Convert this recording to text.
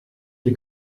dei